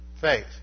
faith